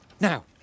Now